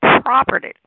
property